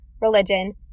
religion